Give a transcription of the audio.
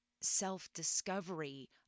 self-discovery